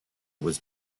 was